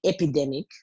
epidemic